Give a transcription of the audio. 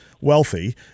wealthy